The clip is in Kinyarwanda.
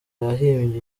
yahimbye